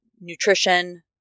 nutrition